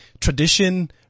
Tradition